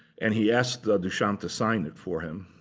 and he asked duchamp to sign it for him.